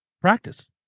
practice